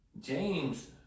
James